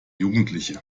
jugendliche